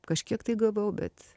kažkiek tai gavau bet